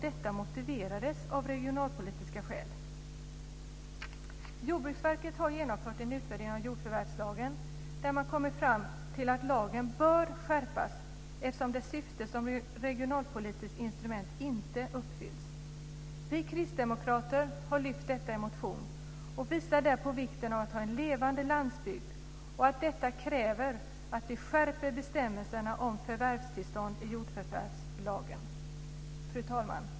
Detta motiverades med regionalpolitiska skäl. Jordbruksverket har genomfört en utvärdering av jordförvärvslagen där man kommer fram till att lagen bör skärpas eftersom dess syfte som regionalpolitiskt instrument inte uppfylls. Vi kristdemokrater har lyft fram detta i en motion och visar där på vikten av att ha en levande landsbygd och att detta kräver att vi skärper bestämmelserna om förvärvstillstånd i jordförvärvslagen. Fru talman!